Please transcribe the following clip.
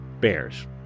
Bears